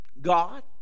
God